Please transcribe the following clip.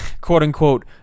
quote-unquote